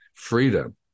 freedom